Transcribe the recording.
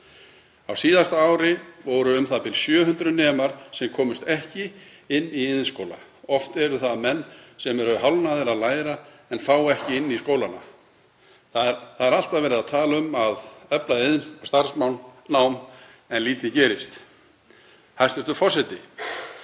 Á síðasta ári voru u.þ.b. 700 nemar sem komust ekki inn í iðnskóla. Oft eru það menn sem eru hálfnaðir að læra en fá ekki inni í skólunum. Það er alltaf verið að tala um að efla iðn- og starfsnám en lítið gerist. Hæstv. forseti.